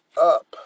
up